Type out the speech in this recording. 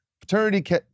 paternity